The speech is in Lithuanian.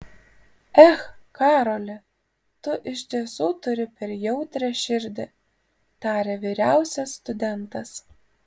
ech karoli tu iš tiesų turi per jautrią širdį tarė vyriausias studentas